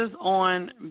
on